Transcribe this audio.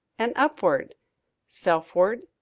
and upward selfward,